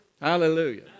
Hallelujah